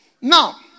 Now